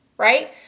Right